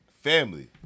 family